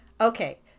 Okay